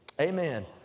Amen